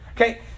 Okay